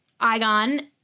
igon